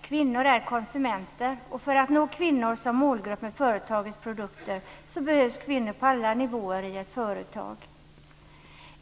Kvinnor är konsumenter, och för att man ska nå kvinnor som målgrupp med företagets produkter behövs kvinnor på alla nivåer i ett företag.